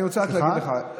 אני רוצה רק להגיד לך, סליחה?